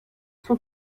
son